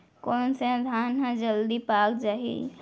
कोन से धान ह जलदी पाक जाही?